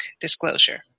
disclosure